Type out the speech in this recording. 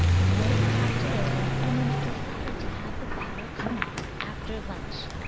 the boys talked it over, and it was decided to have the battle come off after lunch.